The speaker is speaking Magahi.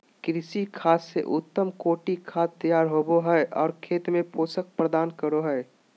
कृमि खाद से उत्तम कोटि खाद तैयार होबो हइ और खेत में पोषक प्रदान करो हइ